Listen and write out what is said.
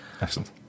Excellent